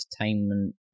entertainment